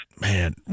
Man